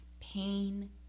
pain